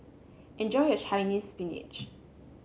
enjoy your Chinese Spinach